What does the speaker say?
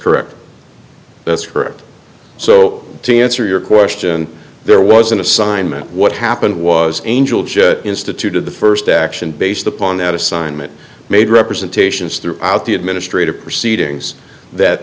correct that's correct so to answer your question there was an assignment what happened was angel judge instituted the first action based upon that assignment made representations through out the administrative proceedings that